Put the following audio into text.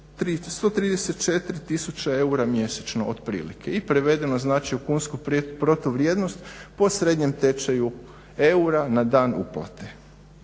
134 tisuće eura mjesečno, otprilike i prevedeno znači u kunsku protuvrijednost po srednjem tečaju eura na dan uplate.